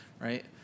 Right